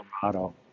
Colorado